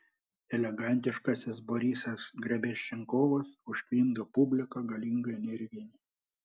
elegantiškasis borisas grebenščikovas užtvindo publiką galinga energija